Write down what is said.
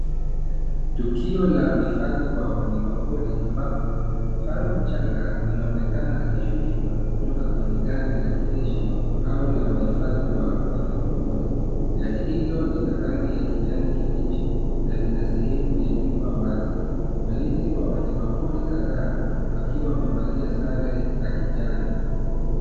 Tukio la uhifadhi wa wanyama pori ambapo, kifaru mchanga anaonekana akishushwa kutoka kwenye gari la kijeshi, au la wahifadhi wa wanyamapori. Gari hilo lina rangi ya kijani kibichi, na lina sehemu ya nyuma wazi. Walinzi wa wanyamapori kadhaa, wakiwa wamevalia sare za kijani.